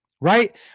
right